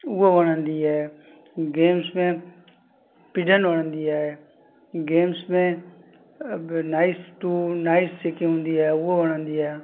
उहा वणंदी आहे गेम्स में पिजन वणंदी आहे गेम्स में बि नाईस टू नाईस जेकी हूंदी आहे उहा वणंदी आहे